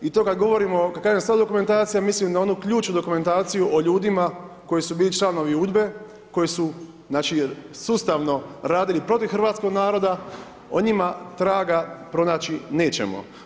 I to kad govorimo, kad kažem sva dokumentacija, mislim na onu ključnu dokumentaciju o ljudima koji su bili članovi UDBA-e, koji su znači sustavno radili protiv hrvatskog naroda, o njima traga pronaći nećemo.